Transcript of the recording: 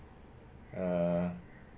err